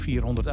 400